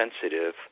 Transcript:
sensitive